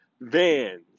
vans